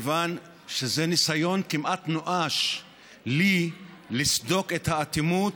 מכיוון שזה ניסיון כמעט נואש שלי לסדוק את האטימות,